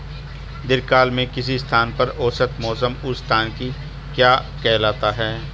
दीर्घकाल में किसी स्थान का औसत मौसम उस स्थान की क्या कहलाता है?